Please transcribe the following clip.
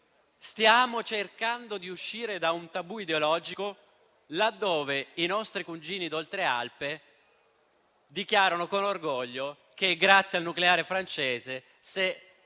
stiamo cercando di uscire da un tabù ideologico, laddove i nostri cugini d'Oltralpe dichiarano con orgoglio che è grazie al nucleare francese se